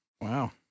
Wow